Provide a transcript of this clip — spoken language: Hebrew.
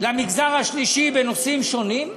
למגזר השלישי בנושאים שונים,